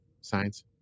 science